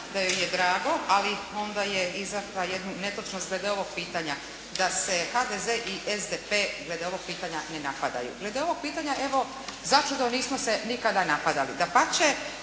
da joj je drago ali onda je izrekla jednu netočnost glede ovog pitanja, da se HDZ i SDP glede ovog pitanja ne napadaju. Glede ovog pitanja evo začudo nismo se nikada napadali. Dapače,